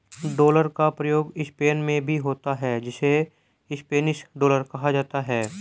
dollar का प्रयोग Spain में भी होता है जिसे स्पेनिश डॉलर कहा जाता है